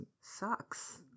Sucks